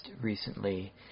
recently